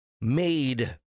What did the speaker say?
made